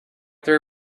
their